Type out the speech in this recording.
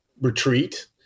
retreat